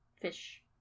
fish